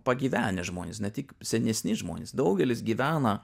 pagyvenę žmonės ne tik senesni žmonės daugelis gyvena